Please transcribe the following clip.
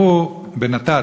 בנת"צ,